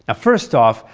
ah first off,